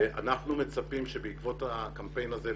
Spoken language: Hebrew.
אנחנו מצפים שבעקבות הקמפיין הזה,